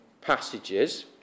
passages